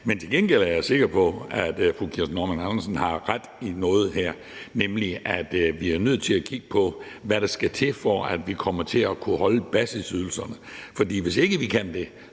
Men til gengæld er jeg sikker på, at fru Kirsten Normann Andersen har ret i noget her, nemlig at vi er nødt til at kigge på, hvad der skal til, for at vi kommer til at kunne bibeholde basisydelserne. Hvis ikke vi kan det,